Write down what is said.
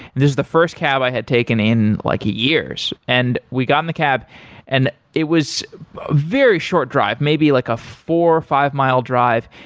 this is the first cab i had taken in like years. and we got in the cab and it was a very short drive, maybe like a four or five-mile drive.